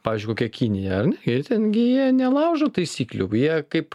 pavyzdžiui kokia kinija ar ne gi ten gi jie nelaužo taisyklių jie kaip